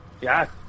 Yes